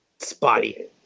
Spotty